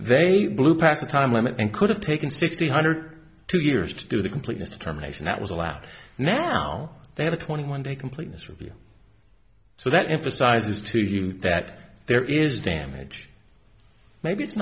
they blew past the time limit and could have taken six hundred two years to do the completeness to terminate and that was a laugh now they have a twenty one day completeness review so that emphasizes to you that there is damage maybe it's